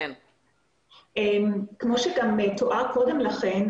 כמו שתואר קודם לכן,